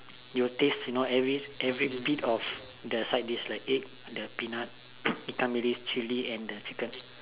you will taste you know every bit of the side dish like the egg the peanut ikan bilis chili and the chicken